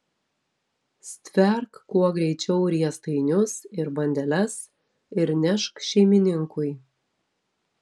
stverk kuo greičiau riestainius ir bandeles ir nešk šeimininkui